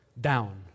down